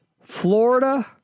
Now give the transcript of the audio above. Florida